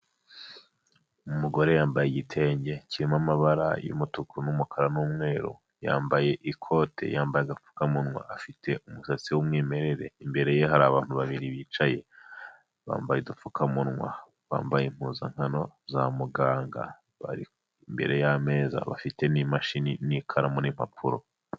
Umugore yambaye igitenge kirimo amabara y'umutuku n'umukara n'umweru, yambaye ikote, yambaye agapfukamunwa, afite umusatsi w'umwimerere. Imbere ye hari abantu babiri bicaye bambaye udupfukamunwa, bambaye impuzankano za muganga, bari imbere y'ameza, bafite n'imashini n'ikaramu n'impapuro.